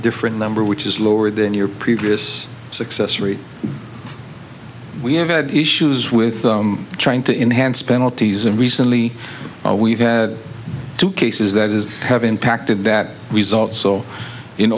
different number which is lower than your previous success rate we have had issues with trying to enhance penalties and recently we've had two cases that is have impacted that result so in